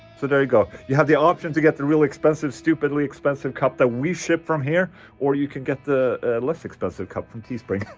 so there you go you have the option to get the really expensive, stupidly expensive cup that we ship from here or you can get the less expensive cup from teespring.